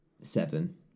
seven